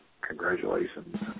congratulations